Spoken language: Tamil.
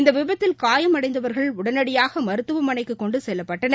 இந்தவிபத்தில் காயமடைந்தவர்கள் உடனடியாகமருத்துவமனைக்குகொண்டுசெல்லப்பட்டனர்